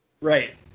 Right